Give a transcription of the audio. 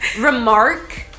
remark